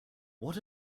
what